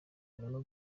arimo